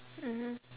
mmhmm